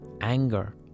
anger